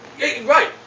right